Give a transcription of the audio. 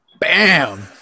Bam